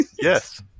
Yes